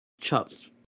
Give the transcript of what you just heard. Chops